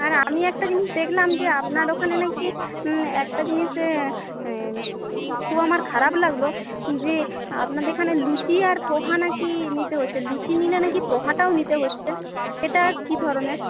আর আমি একটা জিনিস দেখলাম যে আপনার ওখানে নাকি একটা জিনিসে খুব আমার খারাপ লাগলো যে আপনাদের এখানে লুচি আর পোহা নাকি নিতে হচ্ছে লুচি নিলে নাকি পোহাটাও নিতে হচ্ছে এটা কী ধরনের